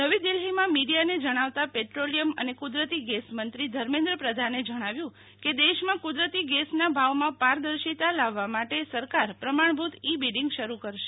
નવી દિલ્ફીમાં મીડિયાને જણાવતા પેટ્રોલિયમ અને કુદરતી ગેસ મંત્રી ધર્મેન્દ્ર પ્રધાને જણાવ્યુ કે દેશમાં કુદરતી ગેસના ભાવમાં પારદર્શિતા લાવવા માટે સરકાર પ્રમાણભુ ત ઈ બિડિંગ શરૂ કરશે